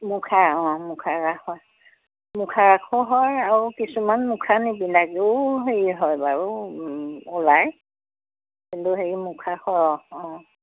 মুখা অঁ মুখা ৰাস হয় মুখা ৰাসো হয় আৰু কিছুমান মুখা নিপিন্ধাকৈয়ো হেৰি হয় বাৰু ওলাই কিন্তু হেৰি মুখা হয় অঁ অঁ